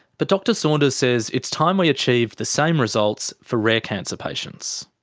but dr saunders says it's time we achieved the same results for rare cancer patients.